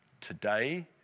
today